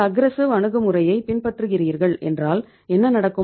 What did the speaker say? aggressive அணுகுமுறையின் பின்பற்றுகிறீர்கள் என்றால் என்ன நடக்கும்